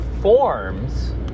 forms